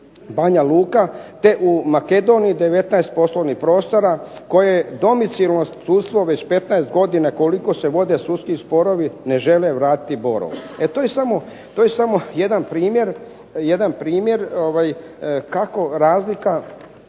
Banja LUka, te u Makedoniji 19 poslovnih prostora koje domicilno sustavno već 15 godina koliko se vode sudski sporovi ne žele vratiti Borovu. To je samo jedan primjer kako razlika